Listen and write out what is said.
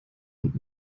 und